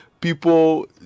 people